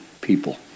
people